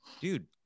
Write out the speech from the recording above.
dude